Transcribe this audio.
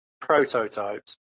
prototypes